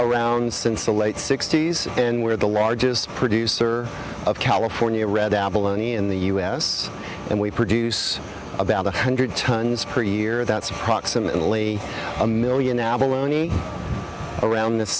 around since the late sixty's and we're the largest producer of california red abalone in the u s and we produce about one hundred tons per year that's approximately a million abalone around th